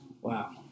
Wow